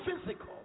physical